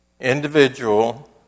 individual